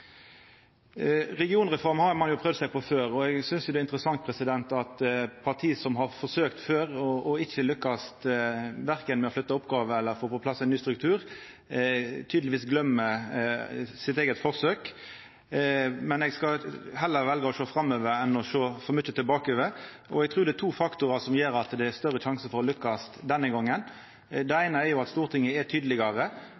har ein prøvd seg på før, og eg synest det er interessant at parti som har forsøkt før og ikkje lykkast verken med å flytta oppgåver eller få på plass ein ny struktur, tydelegvis gløymer sitt eige forsøk. Men eg skal heller velja å sjå framover enn å sjå for mykje bakover. Eg trur det er to faktorar som gjer at det er større sjanse for å lykkast denne gongen. Det